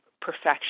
perfection